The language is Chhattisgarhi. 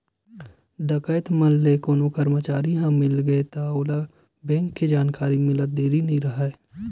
डकैत मन ले कोनो करमचारी ह मिलगे त ओला बेंक के जानकारी मिलत देरी नइ राहय